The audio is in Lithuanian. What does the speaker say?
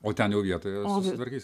o ten jau vietoje susitvarkysit